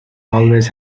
always